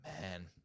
man